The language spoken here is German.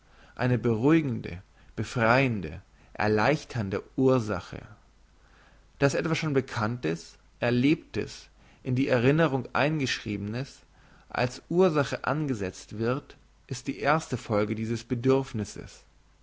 eine beruhigende befreiende erleichternde ursache dass etwas schon bekanntes erlebtes in die erinnerung eingeschriebenes als ursache angesetzt wird ist die erste folge dieses bedürfnisses